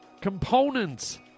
components